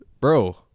bro